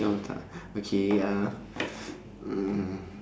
oh tak okay uh mm